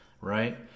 right